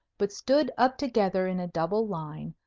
but stood up together in a double line,